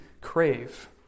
crave